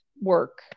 work